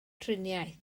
triniaeth